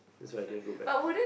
so I didn't go back